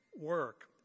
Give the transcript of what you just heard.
work